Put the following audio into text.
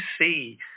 see